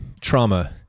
trauma